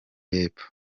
y’epfo